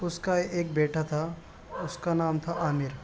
اس کا ایک بیٹا تھا اس کا نام تھا عامر